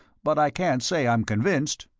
but i can't say i'm convinced.